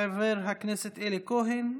חבר הכנסת אלי כהן,